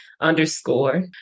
underscore